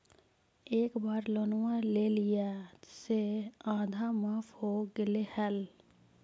एक बार लोनवा लेलियै से आधा माफ हो गेले हल?